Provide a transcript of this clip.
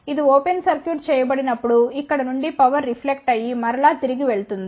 ఇది open circuit చేయబడి నప్పుడు ఇక్కడ నుండి పవర్ రిఫ్లెక్ట్ అయి మరల తిరిగి వెళ్తుంది